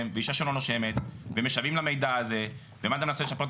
ואישה שלא נושמת ומשוועים למידע הזה ומד"א מנסה לשפר את